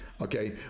Okay